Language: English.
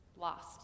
lost